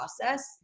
process